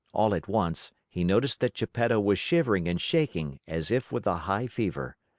all at once he noticed that geppetto was shivering and shaking as if with a high fever.